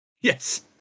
Yes